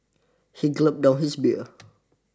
he gulped down his beer